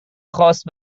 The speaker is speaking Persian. خواست